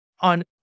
On